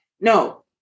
No